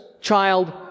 child